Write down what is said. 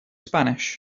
spanish